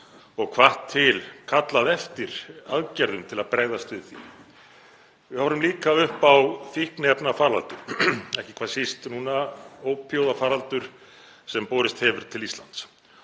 og hvatt til og kallað eftir aðgerðum til að bregðast við. Við horfum líka upp á fíkniefnafaraldur, ekki hvað síst ópíóíðafaraldur sem borist hefur til Íslands.